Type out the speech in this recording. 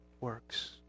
works